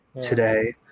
today